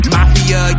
Mafia